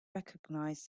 recognize